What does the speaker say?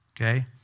okay